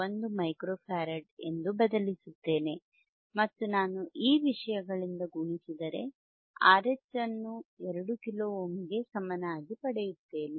1 micro farad ಎಂದು ಬದಲಿಸುತ್ತೇನೆ ಮತ್ತು ನಾನು ಈ ವಿಷಯಗಳಿಂದ ಗುಣಿಸಿದರೆ RH ಅನ್ನು 2 ಕಿಲೋ ಓಮ್ಗಳಿಗೆ ಸಮನಾಗಿ ಪಡೆಯುತ್ತೇನೆ